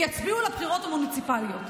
יצביעו בבחירות המוניציפליות.